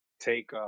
Take